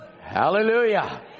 Hallelujah